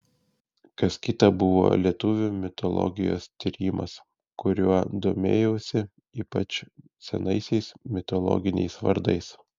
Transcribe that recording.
kas kita buvo lietuvių mitologijos tyrimas kuriuo domėjausi ypač senaisiais mitologiniais vardais